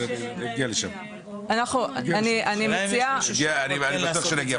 אני בטוח שנגיע,